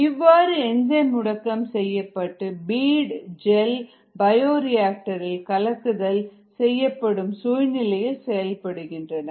இவ்வாறு என்சைம் முடக்கம் செய்யப்பட்ட பீடு ஜெல் பயோரியா ஆக்டரில் கலக்குதல் செய்யப்படும் சூழ்நிலையில் செயல்படுகின்றன